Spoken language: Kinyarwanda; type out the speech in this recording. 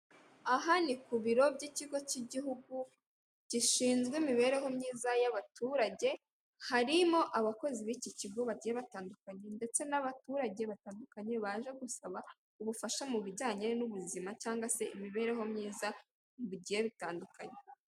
Aha ni ku biro by'ikigo cy'igihugu gishinzwe imibereho myiza y'abaturage, harimo abakozi b'iki kigo bagiye batandukanye, ndetse n'abaturage batandukanye baje gusaba ubufasha mu bijyanye n'ubuzima cyangwa se imibereho myiza, bigiye bitandukanye.